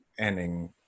ending